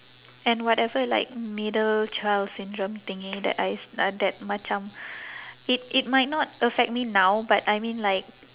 and whatever like middle child syndrome thingy that I s~ uh that macam it it might not affect me now but I mean like